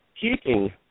keeping